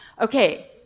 okay